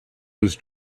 was